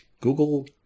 Google